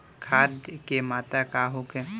खाध के मात्रा का होखे?